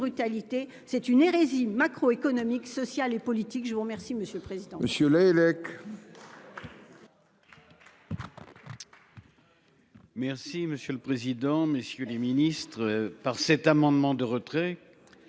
C'est une hérésie macro-économique, sociale et politique. Je vous remercie monsieur le président.